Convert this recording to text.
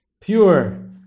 pure